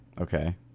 Okay